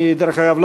דרך אגב,